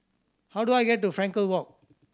how do I get to Frankel Walk